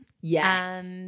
Yes